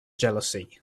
jealousy